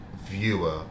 viewer